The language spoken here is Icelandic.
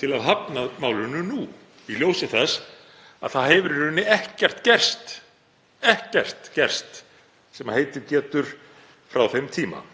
til að hafna málinu nú í ljósi þess að það hefur í rauninni ekkert gerst — ekkert gerst — sem heitið getur frá þeim tíma.